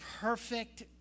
perfect